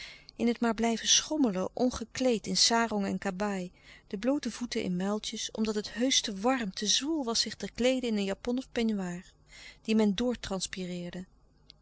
in het maar blijven schommelen ongekleed in sarong en kabaai de bloote voeten in muiltjes omdat het heusch te warm te zwoel was zich te kleeden in een japon of peignoir die men doortranspireerde